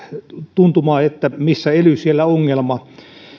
tuntuma että missä ely siellä ongelma